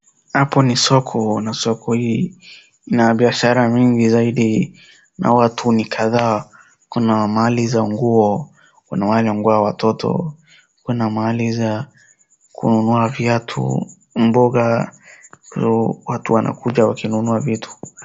Hapo ni soko, na soko hii ina biashara mingi zaidi, na watu ni kadhaa. Kuna mahali za nguo, kuna mahali ya nguo ya watoto, kuna mahali za kununua viatu, mboga, watu wanakuja wakinunua vitu.